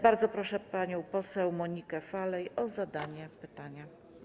Bardzo proszę panią poseł Monikę Falej o zadanie pytania.